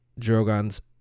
Drogon's